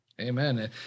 Amen